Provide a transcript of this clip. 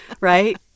right